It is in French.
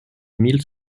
mille